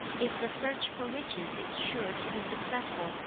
if the search for riches is sure to be successful,